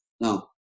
Now